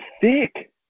thick